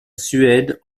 suède